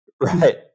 Right